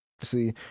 See